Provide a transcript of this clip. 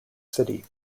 city